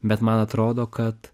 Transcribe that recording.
bet man atrodo kad